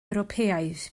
ewropeaidd